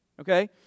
Okay